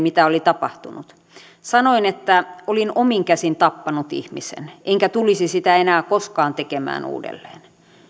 mitä oli tapahtunut sanoin että olin omin käsin tappanut ihmisen enkä tulisi sitä enää koskaan tekemään uudelleen